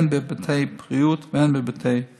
הן בהיבטי בריאות והן בהיבטי שירות.